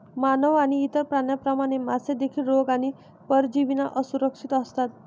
मानव आणि इतर प्राण्यांप्रमाणे, मासे देखील रोग आणि परजीवींना असुरक्षित असतात